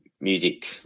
music